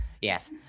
yes